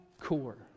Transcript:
core